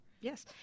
Yes